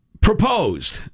Proposed